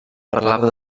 parlava